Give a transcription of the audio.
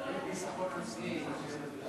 צריך ביטחון עצמי לשבת כאן.